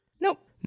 nope